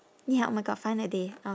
ya oh my god find a day um